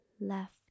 left